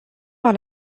par